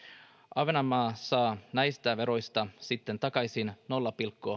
ahvenanmaa saa näistä veroista sitten takaisin nolla pilkku